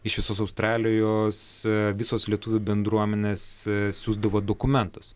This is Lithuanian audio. iš visos australijos visos lietuvių bendruomenės siųsdavo dokumentus